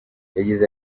yagize